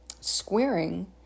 squaring